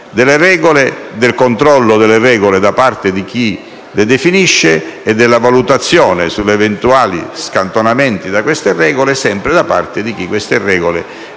del controllo delle stesse da parte di chi le definisce e valutazione degli eventuali scantonamenti da queste regole sempre da parte di chi le ha definite